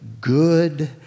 good